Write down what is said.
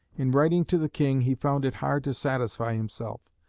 in writing to the king he found it hard to satisfy himself.